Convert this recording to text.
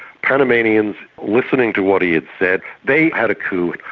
panamanians, listening to what he had said, they had a coup,